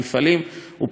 הוא פחות בכותרות,